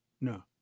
no